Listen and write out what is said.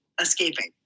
escaping